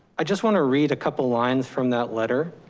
i just want to read a couple lines from that letter,